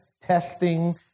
testing